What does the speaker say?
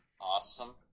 awesome